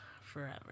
forever